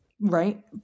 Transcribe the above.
right